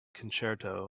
concerto